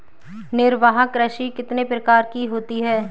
निर्वाह कृषि कितने प्रकार की होती हैं?